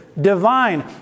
divine